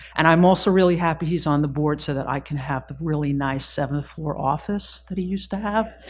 and i'm also really happy he's on the board so that i can have the really nice seventh floor office that he used to have.